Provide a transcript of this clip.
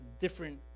different